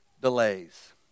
delays